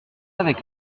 avec